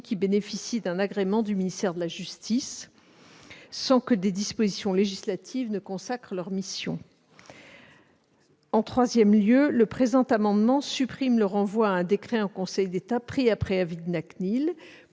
qui bénéficient d'un agrément du ministère de la justice sans que des dispositions législatives consacrent leur mission. Par ailleurs, le présent amendement supprime le renvoi à un décret en Conseil d'État pris après avis de la CNIL